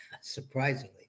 surprisingly